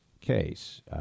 case